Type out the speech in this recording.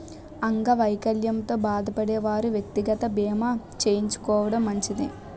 అంగవైకల్యంతో బాధపడే వారు వ్యక్తిగత బీమా చేయించుకోవడం మంచిది